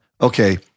okay